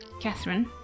Catherine